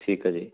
ਠੀਕ ਹੈ ਜੀ